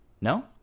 No